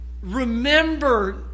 remember